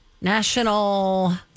national